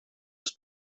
els